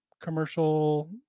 Commercial